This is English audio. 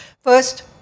first